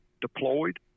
deployed